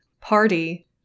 party